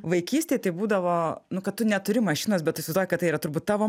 vaikystėj tai būdavo nu kad tu neturi mašinos bet tu įsivaizduoji kad tai yra turbūt tavo